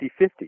50-50